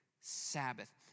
Sabbath